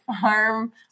farm